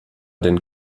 den